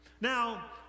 Now